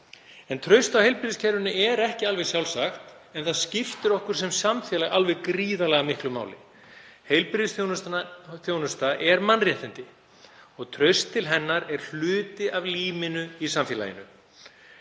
Traust á heilbrigðiskerfinu er ekki alveg sjálfsagt en það skiptir okkur sem samfélag alveg gríðarlega miklu máli. Heilbrigðisþjónusta er mannréttindi og traust til hennar er hluti af líminu í samfélaginu.